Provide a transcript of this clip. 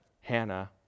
Hannah